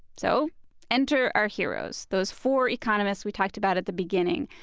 so enter our heroes, those four economists we talked about at the beginning,